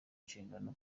inshingano